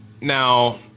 now